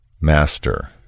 Master